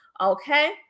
okay